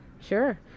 Sure